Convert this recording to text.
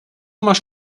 masz